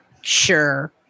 Sure